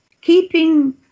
keeping